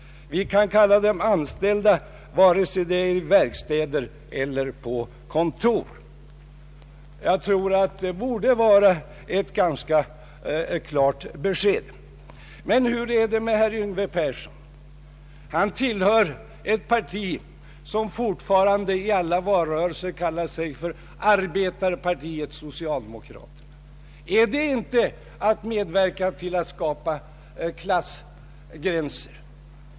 Vi kan kalla dem anställda vare sig de befinner sig i verkstäder eller på kontor. Jag tror att detta bör vara ett ganska klart besked. Men hur är det med herr Yngve Persson? Han tillhör ett parti som fortfarande i alla valrörelser kallar sig Arbetarepartiet socialdemokraterna. Är inte detta ett sätt att medverka till att skapa klassgränser?